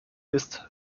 ist